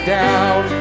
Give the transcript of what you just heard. down